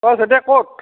অঁ চেতিয়া ক'ত